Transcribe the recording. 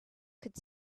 could